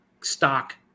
Stock